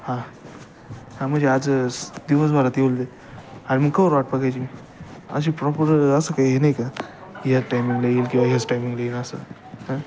हां हां म्हणजे आज स दिवसभरात येऊल जाईल अरे मग कवर वाट बघायची मी अशी प्रॉपर असं काही हे नाही का की ह्याच टायमिंगला येईल किंवा ह्याच टायमिंगला येईल असं आं